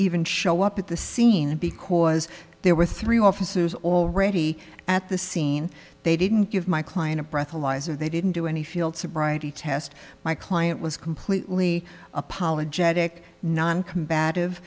even show up at the scene because there were three officers already at the scene they didn't give my client a breathalyzer they didn't do any field sobriety test my client was completely apologetic noncombat